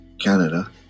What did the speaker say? Canada